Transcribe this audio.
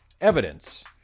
evidence